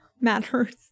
matters